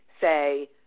say